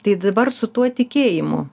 tai dabar su tuo tikėjimu